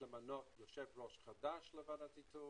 למנות יושב-ראש חדש לוועדת האיתור